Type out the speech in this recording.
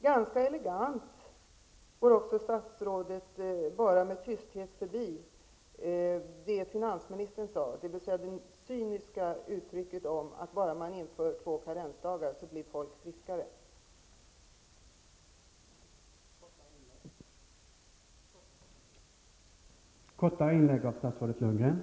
Ganska elegant går statsrådet med tysthet förbi det som finansministern sade -- dvs. det som man här cyniskt har gett uttryck för, nämligen att folk blir friskare bara man inför två karensdagar.